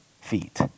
feet